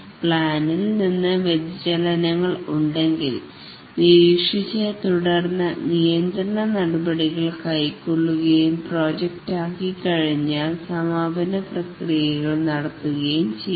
പ്ലാനിൽ നിന്ന് വ്യതിചലങ്ങൾ ഉണ്ടെങ്കിൽ നിരീക്ഷിച്ച് തുടർന്ന് നിയന്ത്രണ നടപടികൾ കൈക്കൊള്ളുകയും പ്രോജക്റ്റ് ആക്കി കഴിഞ്ഞാൽ സമാപന പ്രക്രിയകൾ നടത്തുകയും ചെയ്യുന്നു